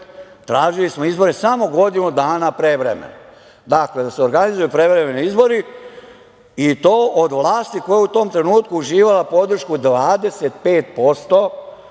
Tražili smo izbore samo godinu dana pre vremena. Dakle, da se organizuju prevremeni izbori i to od vlasti koja je u tom trenutku uživala podršku 25%